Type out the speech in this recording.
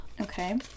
Okay